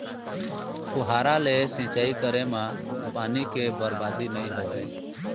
फुहारा ले सिंचई करे म पानी के बरबादी नइ होवय